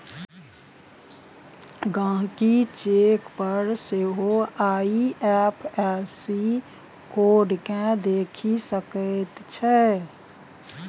गहिंकी चेक पर सेहो आइ.एफ.एस.सी कोड केँ देखि सकै छै